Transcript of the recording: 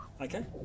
Okay